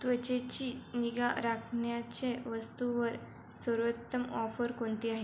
त्वचेची निगा राखण्याचे वस्तूवर सर्वोत्तम ऑफर कोणती आहे